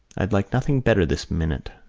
i'd like nothing better this minute,